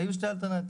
היו שתי אלטרנטיבות: